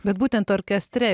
bet būtent orkestre